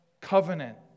covenant